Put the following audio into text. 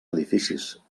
edificis